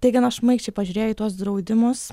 tai gana šmaikščiai pažiūrėjo į tuos draudimus